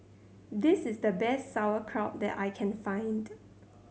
this is the best Sauerkraut that I can find